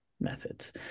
methods